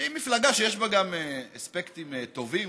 שהיא מפלגה שיש לה גם אספקטים טובים,